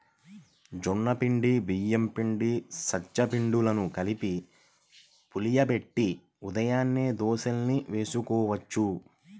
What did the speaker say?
జొన్న పిండి, బియ్యం పిండి, సజ్జ పిండిలను కలిపి పులియబెట్టి ఉదయాన్నే దోశల్ని వేసుకోవచ్చు